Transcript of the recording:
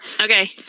Okay